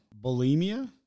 bulimia